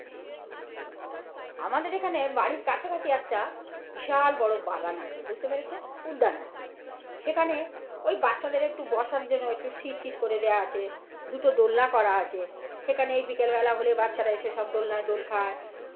আমাদের এখানে বাড়ির কাছাকাছি একটা বিশাল বড়ো বাগান আছে বুঝতে পেরেছেন উদ্যান আর কি সেখানে ওই বাচ্চাদের একটু বসার জন্য একটু সিট টিট করে দেওয়া আছে দুটো দোলনা করা আছে সেখানে এই বিকেলবেলা হলে বাচ্চারা এসে সব দোলনায় দোল খায়